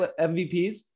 MVPs